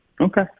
Okay